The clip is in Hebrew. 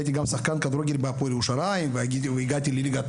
הייתי גם שחקן כדורגל בהפועל ירושלים והגעתי לליגת